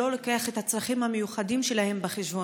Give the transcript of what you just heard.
שלא לוקח את הצרכים המיוחדים שלהם בחשבון.